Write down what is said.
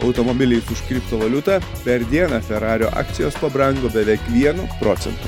automobiliais už kriptovaliutą per dieną ferario akcijos pabrango beveik vienu procentu